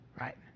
right